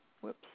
Whoops